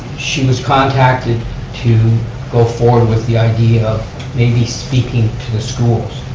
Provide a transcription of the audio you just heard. she was contacted to go forward with the idea of maybe speaking to the schools,